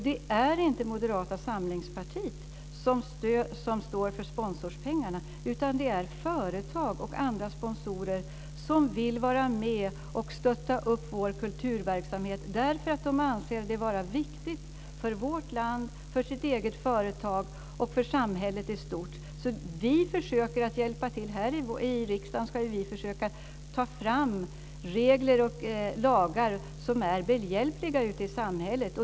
Det är inte Moderata samlingspartiet som står för sponsorpengarna, utan det är företag och andra sponsorer som vill vara med och stötta vår kulturverksamhet därför att de anser det vara viktigt för vårt land, för sitt eget företag och för samhället i stort. Vi försöker att hjälpa till. Här i riksdagen ska vi försöka ta fram regler och lagar som är behjälpliga ute i samhället.